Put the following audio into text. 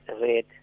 Red